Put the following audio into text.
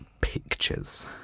Pictures